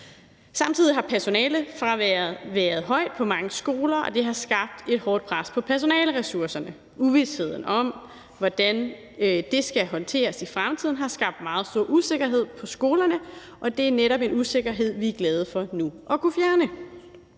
Samtidig har personalefraværet været højt på mange skoler, og det har skabt et hårdt pres på personaleressourcerne. Uvisheden om, hvordan det skal håndteres i fremtiden, har skabt meget stor usikkerhed på skolerne, og det er netop en usikkerhed, vi er glade for nu at kunne fjerne.